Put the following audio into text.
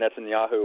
Netanyahu